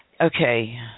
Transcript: Okay